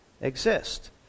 exist